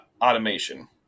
Automation